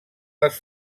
les